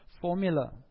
formula